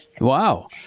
Wow